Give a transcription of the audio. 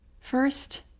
first